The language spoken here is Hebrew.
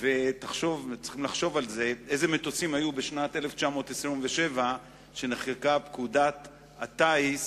צריך לחשוב איזה מטוסים היו בשנת 1927 כשנחקקה פקודת הטיס,